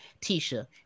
Tisha